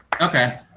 Okay